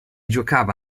giocava